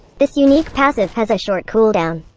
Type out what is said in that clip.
this unique passive has a short cooldown.